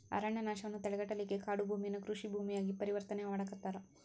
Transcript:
ಅರಣ್ಯನಾಶವನ್ನ ತಡೆಗಟ್ಟಲಿಕ್ಕೆ ಕಾಡುಭೂಮಿಯನ್ನ ಕೃಷಿ ಭೂಮಿಯಾಗಿ ಪರಿವರ್ತನೆ ಮಾಡಾಕತ್ತಾರ